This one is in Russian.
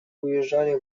уезжали